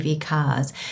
cars